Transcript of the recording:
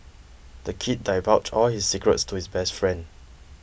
the kid divulged all his secrets to his best friend